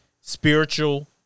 spiritual